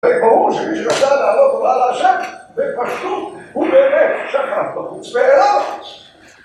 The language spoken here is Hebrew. וברור שמי שרצה להעלות עולה להשם, ופשוט הוא באמת ש... בקצווי הארץ